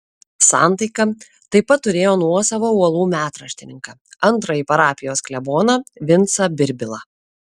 santaika taip pat turėjo nuosavą uolų metraštininką antrąjį parapijos kleboną vincą birbilą